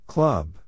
Club